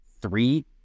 three